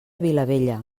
vilabella